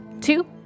two